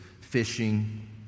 fishing